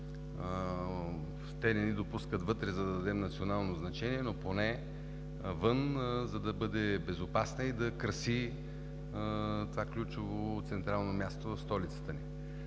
Те не ни допускат вътре, за да дадем национално значение, но поне отвън, за да бъде безопасна и да краси това ключово централно място в столицата ни.